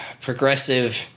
progressive